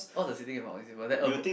all the city got more eczema